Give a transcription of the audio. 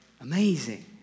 Amazing